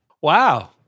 Wow